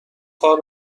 کار